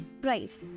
Price